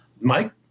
Mike